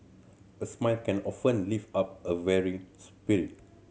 a smile can often lift up a weary spirit